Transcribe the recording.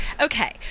Okay